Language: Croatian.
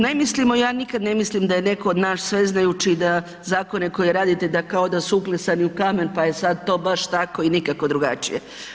Ne mislimo, ja nikad ne mislim da je netko od nas sveznajući da zakone koje radite kao da su uklesani u kamen pa je sad to baš tako i nikako drugačije.